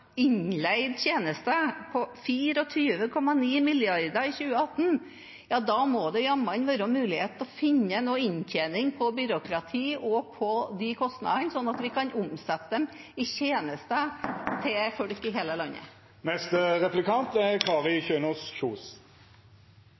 innleide tjenester, for 24,9 mrd. kr i 2018, må det jammen være mulighet til å finne noe inntjening på byråkrati og på de kostnadene, slik at vi kan omsette dem i tjenester til folk i hele landet. Nå lærte vi noe nytt: Å legge ned statlige arbeidsplasser i distriktene er